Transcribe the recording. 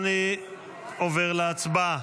יואב סגלוביץ',